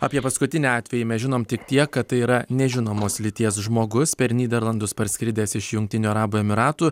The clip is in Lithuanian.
apie paskutinį atvejį mes žinom tik tiek kad tai yra nežinomos lyties žmogus per nyderlandus parskridęs iš jungtinių arabų emyratų